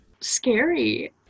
Scary